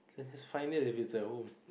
then just find it if it's at home